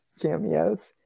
cameos